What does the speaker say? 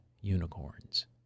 unicorns